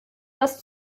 das